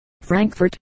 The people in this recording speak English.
Frankfurt